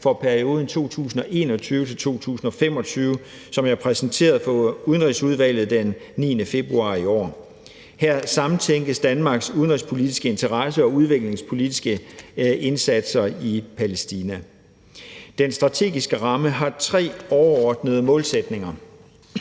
for perioden 2021 til 2025, som jeg præsenterede for Udenrigsudvalget den 9. februar i år. Her sammentænkes Danmarks udenrigspolitiske interesser og udviklingspolitiske indsatser i Palæstina. Den strategiske ramme har tre overordnede målsætninger.